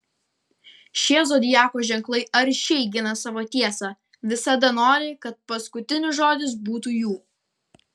šie zodiako ženklai aršiai gina savo tiesą visada nori kad paskutinis žodis būtų jų